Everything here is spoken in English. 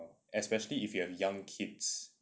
especially if you have young kids